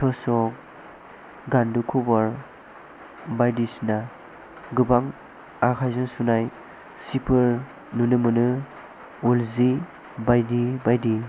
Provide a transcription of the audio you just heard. थसक गान्दु खबार बायदिसिना गोबां आखाइजों सुनाय सिफोर नुनो मोनो उल सि बायदि बायदि